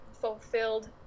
fulfilled